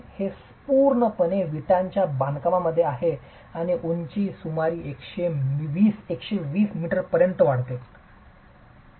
हे पूर्णपणे वीटांच्या बांधकामा मध्ये आहे आणि उंची सुमारे 120 मीटर पर्यंत वाढते